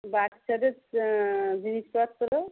বাচ্চাদের জিনিসপত্র